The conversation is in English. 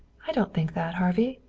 i don't think that, harvey.